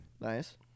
nice